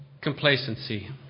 Complacency